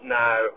now